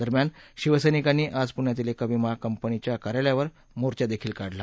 दरम्यान शिवसर्तिकांनी आज पुण्यातील एका विमा कंपनीच्या कार्यालयावर मोर्चा काढला